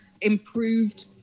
improved